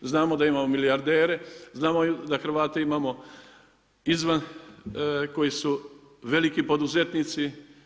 Znamo da imamo milijardere, znamo da Hrvate imamo izvan koji su veliki poduzetnici.